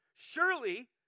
Surely